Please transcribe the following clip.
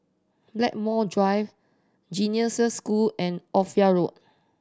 Blackmore Drive Genesis School and Ophir Road